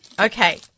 Okay